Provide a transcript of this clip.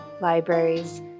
libraries